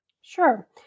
Sure